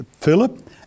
Philip